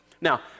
Now